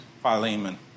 Philemon